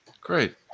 Great